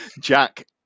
jack